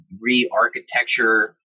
re-architecture